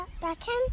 Button